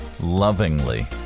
Lovingly